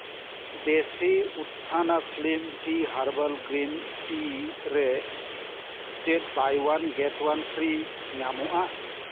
ᱰᱮᱥᱤ ᱩᱛᱛᱷᱟᱱᱟ slim tea herbal green tea ᱨᱮ ᱪᱮᱫ buy one get one free ᱧᱟᱢᱚᱜᱼᱟ